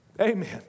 Amen